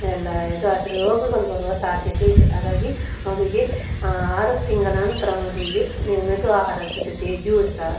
ಎಲ್ಲ ಇದಾದರೂ ರೋಗಗಳು ಬರುವ ಸಾಧ್ಯತೆ ಇದೆ ಹಾಗಾಗಿ ಮಗುವಿಗೆ ಆರು ತಿಂಗಳ ನಂತರ ಮಗುವಿಗೆ ಮೆದು ಆಹಾರದ ಜೊತೆ ಜ್ಯೂಸ